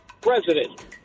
President